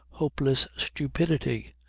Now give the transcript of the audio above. hopeless stupidity.